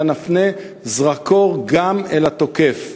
אלא נפנה זרקור גם אל התוקף.